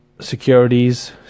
securities